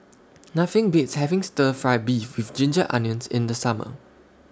Nothing Beats having Stir Fry Beef with Ginger Onions in The Summer